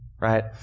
right